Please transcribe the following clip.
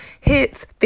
hits